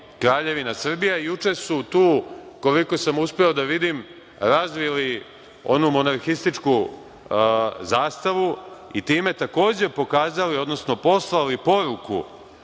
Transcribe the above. Kraljevina Srbija. Juče su tu koliko sam uspeo da vidim razvili onu monarhističku zastavu i time takođe poslali poruku